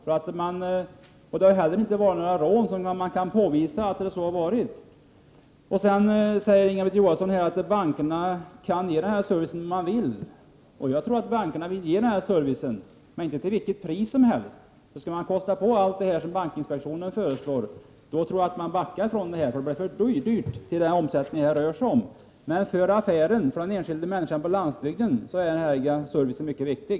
Det har ju heller inte förekommit några rån så att man kan påvisa att det har varit någon större risk. Inga-Britt Johansson säger sedan att bankerna kan ge den här servicen om man vill. Och jag tror att bankerna vill ge denna service, men inte till vilket pris som helst. Skall man kosta på allt det här som bankinspektionen föreslår, då tror jag att man backar, för då blir det för dyrt i förhållande till den omsättning som det här rör sig om. Men för affären och för den enskilda människan på landsbygden är den här servicen mycket viktig.